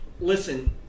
Listen